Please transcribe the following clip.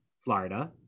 Florida